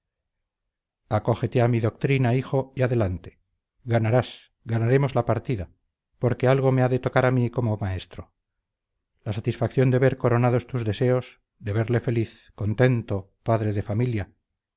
acógete a mi doctrina hijo y adelante ganarás ganaremos la partida porque algo me ha de tocar a mí como maestro la satisfacción de ver coronados tus deseos de verle feliz contento padre de familia